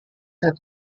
had